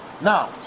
Now